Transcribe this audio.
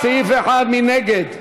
מי נגד?